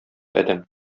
адәм